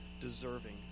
deserving